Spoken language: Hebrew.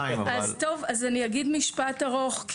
אגיד משפט ארוך.